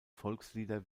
volkslieder